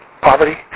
poverty